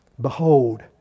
Behold